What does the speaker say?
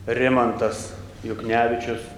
rimantas juknevičius